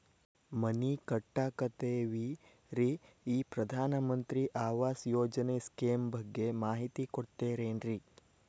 ಮನಿ ಕಟ್ಟಕತೇವಿ ರಿ ಈ ಪ್ರಧಾನ ಮಂತ್ರಿ ಆವಾಸ್ ಯೋಜನೆ ಸ್ಕೇಮ್ ಬಗ್ಗೆ ಮಾಹಿತಿ ಕೊಡ್ತೇರೆನ್ರಿ?